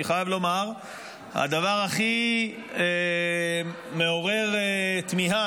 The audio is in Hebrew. אני חייב לומר שהדבר הכי מעורר תמיהה,